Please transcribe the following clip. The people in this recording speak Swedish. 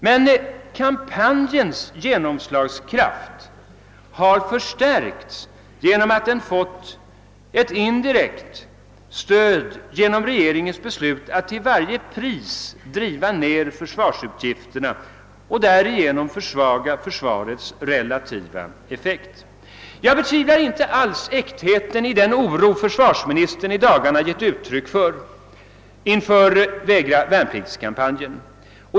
Men kampanjens genomslagskraft har förstärkts av att den fått ett indirekt stöd genom regeringens beslut att till varje pris pressa ned försvarsutgifterna och därigenom försvaga försvarets relativa effekt. Jag betvivlar inte alls äktheten i den oro försvarsministern i dagarna givit uttryck för inför »vägravärnpliktskampanjen».